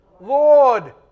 Lord